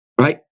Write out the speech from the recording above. right